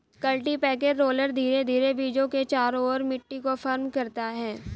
cultipacker roller धीरे धीरे बीजों के चारों ओर मिट्टी को फर्म करता है